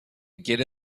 quiere